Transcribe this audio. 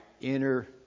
inner